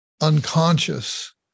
unconscious